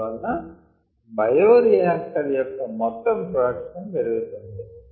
అందువలన బయోరియాక్టర్ యొక్క మొత్తం ప్రొడక్షన్ పెరుగుతుంది